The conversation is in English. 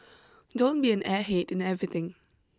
don't be an airhead in everything